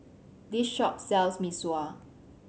this shop sells Mee Sua